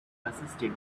persisted